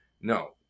No